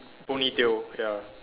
ponytail ya